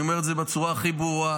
אני אומר את זה בצורה הכי ברורה.